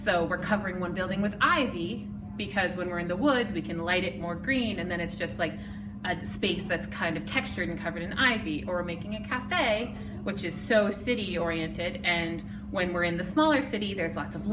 we're covering one building with ivy because when you're in the woods we can light it more green and then it's just like a space that's kind of textured uncovered in ivy or making a cafe which is so city oriented and when we're in the smaller city there's lots of